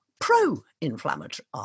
pro-inflammatory